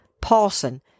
Paulson